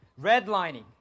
redlining